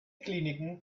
kliniken